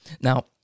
now